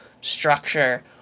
structure